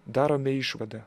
darome išvadą